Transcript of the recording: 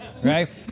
Right